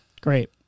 Great